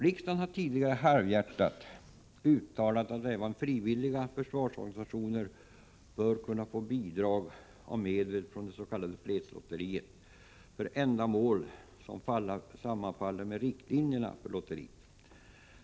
Riksdagen har tidigare halvhjärtat uttalat att även frivilliga försvarsorganisationer bör kunna få bidrag av medel från det s.k. fredslotteriet för ändamål som sammanfaller med riktlinjerna för lotteriet.